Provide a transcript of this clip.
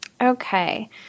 okay